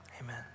amen